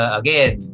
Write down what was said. again